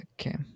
Okay